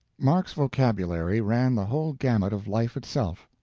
mark's vocabulary ran the whole gamut of life itself.